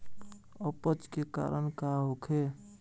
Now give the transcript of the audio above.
अपच के कारण का होखे?